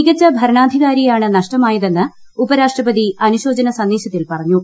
മികച്ച ഭരണാധികാരിയാണ് നഷ്ടമായതെന്ന് ഉപരാഷ്ട്രപതി അനുശോചന സന്ദേശത്തിൽ പറഞ്ഞു